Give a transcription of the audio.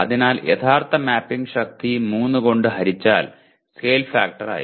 അതിനാൽ യഥാർത്ഥ മാപ്പിംഗ് ശക്തി 3 കൊണ്ട് ഹരിച്ചാൽ സ്കെയിൽ ഫാക്ടർ ആയി